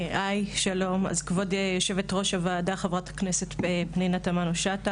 כבוד יושבת-ראש הוועדה חברת הכנסת פנינה תמנו-שטה,